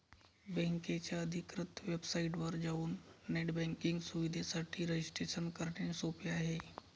बकेच्या अधिकृत वेबसाइटवर जाऊन नेट बँकिंग सुविधेसाठी रजिस्ट्रेशन करणे सोपे आहे